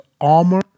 armor